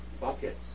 buckets